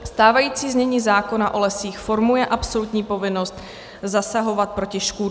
Stávající znění zákona o lesích formuje absolutní povinnost zasahovat proti škůdcům.